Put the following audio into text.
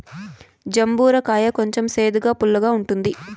జంబూర కాయ కొంచెం సేదుగా, పుల్లగా ఉంటుంది